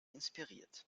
inspiriert